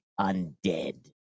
undead